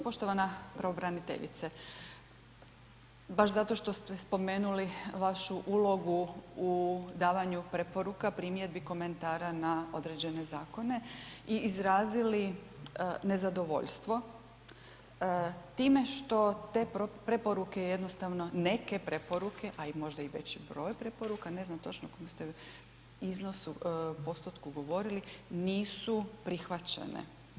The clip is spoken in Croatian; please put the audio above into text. Poštovana pravobraniteljice, baš zato što ste spomenuli vašu ulogu u davanju preporuka, primjedbi, komentara na određene zakone i izrazili nezadovoljstvo time što te preporuke jednostavno, neke preporuke a možda veći broj preporuka, ne znam točno u kojem ste iznosu, postotku govorili, nisu prihvaćene.